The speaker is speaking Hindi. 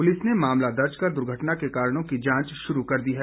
पुलिस ने मामला दर्ज कर दुर्घटना के कारणों की जांच शुरू कर दी है